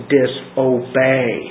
disobey